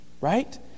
Right